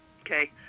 Okay